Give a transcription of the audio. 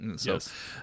Yes